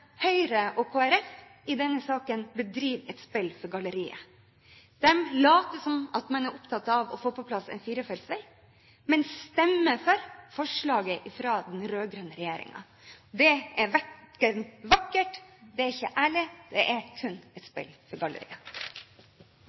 Høyre og Kristelig Folkeparti i denne saken bedriver et spill for galleriet. De later som om de er opptatt av å få på plass en firefelts vei, men stemmer for forslaget fra den rød-grønne regjeringen. Det er ikke vakkert, det er ikke ærlig, det er kun et spill for galleriet.